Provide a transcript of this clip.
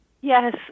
yes